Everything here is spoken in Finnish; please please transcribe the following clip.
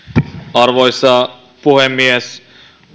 arvoisa puhemies